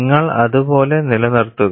നിങ്ങൾ അത് പോലെ നിലനിർത്തുക